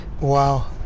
Wow